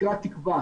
נקרא תקווה.